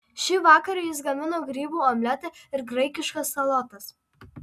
šįvakar jis gamino grybų omletą ir graikiškas salotas